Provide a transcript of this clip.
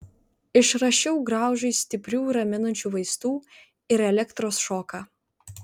išrašiau graužui stiprių raminančių vaistų ir elektros šoką